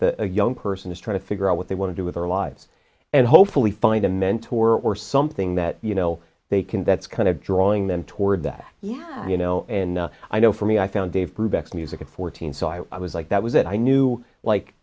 the young person is trying to figure out what they want to do with their lives and hopefully find a mentor or something that you know they can that's kind of drawing them toward that you know and i know for me i found dave brubeck music at fourteen so i was like that was it i knew like